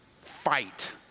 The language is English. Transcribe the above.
fight